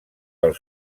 del